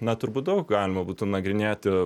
na turbūt daug galima būtų nagrinėti